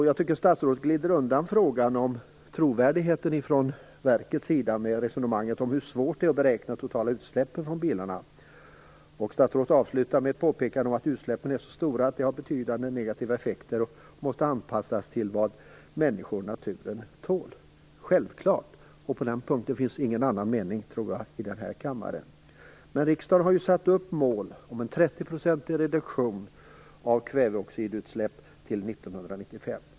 Jag tycker att statsrådet glider undan frågan om trovärdigheten från verkets sida med sitt resonemang om hur svårt det är att beräkna de totala utsläppen från bilarna. Statsrådet avslutar med påpekandet att utsläppen är så stora att de får betydande negativa effekter och att utsläppen måste anpassas till vad människor och natur tål. Självklart är det så. På den punkten tror jag inte att det finns delade meningar i denna kammare. Men riksdagen har satt upp målet om en 30 procentig reduktion av kväveoxidutsläppen fram till år 1995.